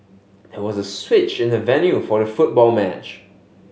there was a switch in the venue for the football match